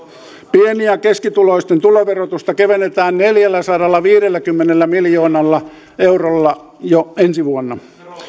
pieni ja keskituloisten tuloverotusta kevennetään neljälläsadallaviidelläkymmenellä miljoonalla eurolla jo ensi vuonna